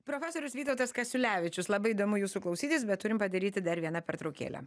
profesorius vytautas kasiulevičius labai įdomu jūsų klausytis bet turim padaryti dar vieną pertraukėlę